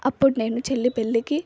అప్పుడు నేను చెల్లి పెళ్ళికి